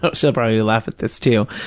but so probably laugh at this, too,